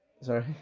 Sorry